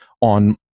on